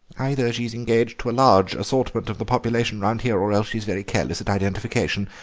either she's engaged to a large assortment of the population round here or else she's very careless at identification.